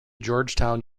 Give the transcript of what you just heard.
georgetown